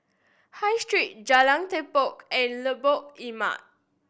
High Street Jalan Tepong and Lengkok Empat